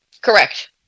Correct